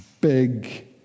big